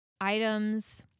items